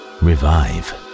revive